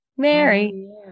Mary